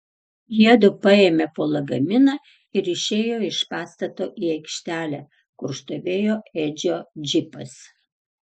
jiedu paėmė po lagaminą ir išėjo iš pastato į aikštelę kur stovėjo edžio džipas